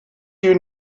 you